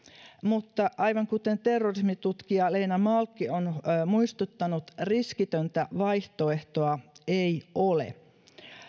mutta aivan kuten terrorismitutkija leena malkki on muistuttanut riskitöntä vaihtoehtoa ei ole